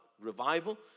revival